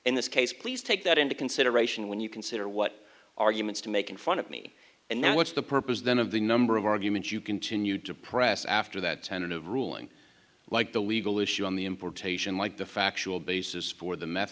in this case please take that into consideration when you consider what arguments to make in front of me and now what's the purpose then of the number of arguments you continued to press after that tentative ruling like the legal issue on the importation like the factual basis for the met